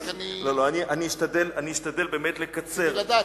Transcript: אבל אני צריך לדעת.